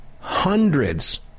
hundreds